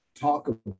talk